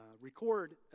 record